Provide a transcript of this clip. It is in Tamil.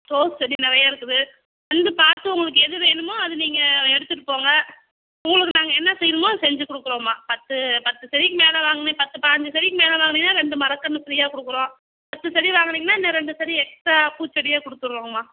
ரோஸ் செடி நிறைய இருக்குது வந்து பார்த்து உங்களுக்கு எது வேணுமோ அது நீங்கள் அதை எடுத்துட்டு போங்க உங்களுக்கு நாங்கள் என்ன செய்யணுமோ அதை செஞ்சு கொடுக்குறோம்மா பத்து பத்து செடிக்கு மேலே வாங்குனா பத்து பாஞ்சி செடிக்கு மேலே வாங்குனிங்கனா ரெண்டு மர கன்று ஃப்ரீயாக கொடுக்குறோம் பத்து செடி வாங்குனிங்கனா இன்னும் ரெண்டு செடி எக்ஸ்ட்டா பூச்செடியாக கொடுத்துர்றோம்மா